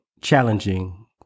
challenging